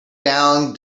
down